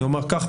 אני אומר כך,